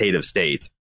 state